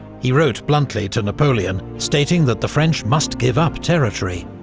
he wrote bluntly to napoleon, stating that the french must give up territory,